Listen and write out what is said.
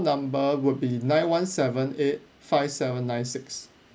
number would be nine one seven eight five seven nine six